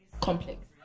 complex